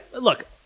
Look